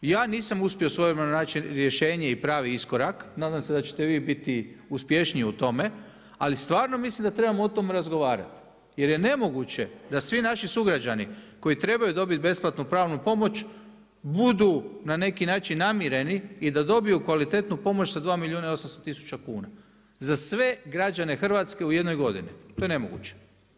Ja nisam uspio svojevremeno naći rješenje i pravi iskorak, nadam se da ćete vi biti uspješniji u tome ali stvarno mislim da trebamo o tome razgovarati jer je nemoguće da svi naši sugrađani koji trebaju dobiti besplatnu pravnu pomoć budu na neki način namireni i da dobiju kvalitetnu pomoć sa 2 milijuna i 800 tisuća kuna, za sve građane Hrvatske u jednoj godini, to je nemoguće.